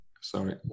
sorry